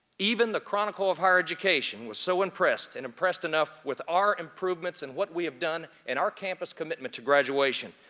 even the chronicle of higher education was so impressed, and impressed enough with our improvements and what we have done and our campus commitment to graduation,